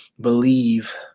believe